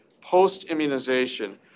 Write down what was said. post-immunization